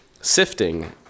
sifting